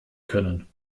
können